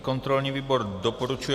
Kontrolní výbor doporučuje